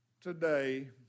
today